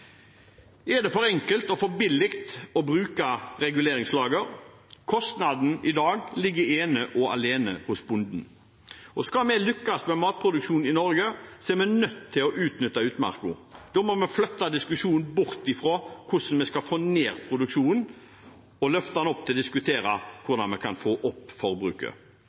Er det for enkelt og for billig å bruke reguleringslager? Kostnaden i dag ligger ene og alene hos bonden. Skal vi lykkes med matproduksjon i Norge, er vi nødt til å utnytte utmarka. Da må vi flytte diskusjonen bort fra hvordan vi skal få ned produksjonen, og løfte den opp til å diskutere hvordan vi kan få opp